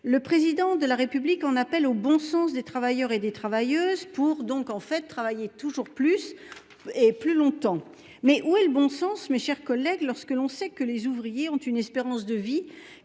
Le président de la République en appelle au bon sens des travailleurs et des travailleuses pour donc en fait travailler toujours plus et plus longtemps mais où est le bon sens. Mes chers collègues. Lorsque l'on sait que les ouvriers ont une espérance de vie